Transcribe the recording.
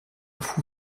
fou